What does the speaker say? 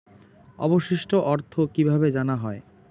অবশিষ্ট অর্থ কিভাবে জানা হয়?